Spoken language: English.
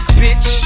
bitch